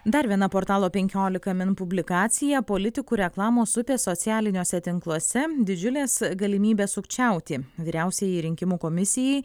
dar viena portalo penkiolika min publikacija politikų reklamos upės socialiniuose tinkluose didžiulės galimybės sukčiauti vyriausiajai rinkimų komisijai